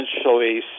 essentially